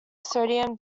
sodium